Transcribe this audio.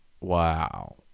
Wow